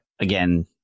again